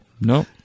No